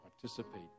participate